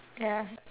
ya